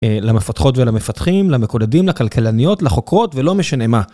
למפתחות ולמפתחים, למקודדים, לכלכלניות, לחוקרות ולא משנה מה.